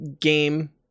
game